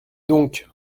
donc